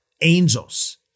angels